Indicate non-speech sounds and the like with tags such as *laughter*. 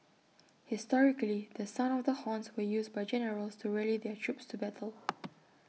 *noise* historically the sound of the horns were used by generals to rally their troops to battle *noise*